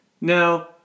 Now